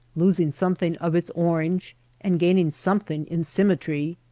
losing something of its orange and gaining something in symmetry.